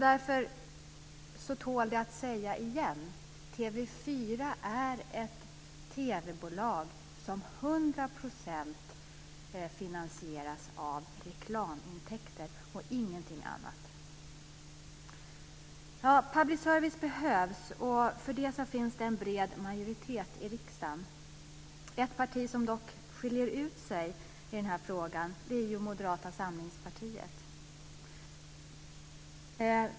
Därför tål det att sägas igen: TV 4 är ett TV-bolag som till 100 % finansieras av reklamintäkter och ingenting annat. Public service behövs, och för det finns det en bred majoritet i riksdagen. Ett parti som dock skiljer ut sig i den frågan är Moderata samlingspartiet.